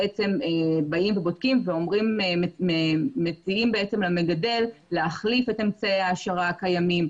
באים ובודקים ומציעים למגדל להחליף את אמצעי ההעשרה הקיימים,